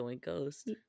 ghost